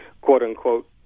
quote-unquote